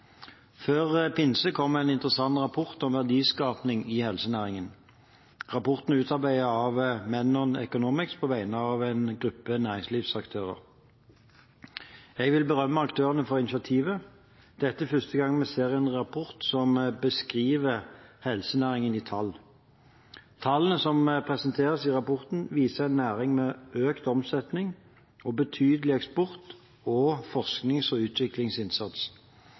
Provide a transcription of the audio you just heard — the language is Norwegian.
Før pinse kom en interessant rapport om verdiskaping i helsenæringen. Rapporten er utarbeidet av Menon Economics på vegne av en gruppe næringslivsaktører. Jeg vil berømme aktørene for initiativet – dette er første gang vi ser en rapport som beskriver helsenæringen i tall. Tallene som presenteres i rapporten, viser en næring med økt omsetning og betydelig eksport og forsknings- og utviklingsinnsats.